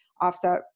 offset